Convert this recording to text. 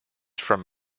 from